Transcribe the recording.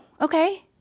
okay